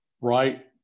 right